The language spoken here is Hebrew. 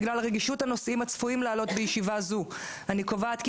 בגלל רגישות הנושאים הצפויים לעלות בישיבה זו - אני קובעת כי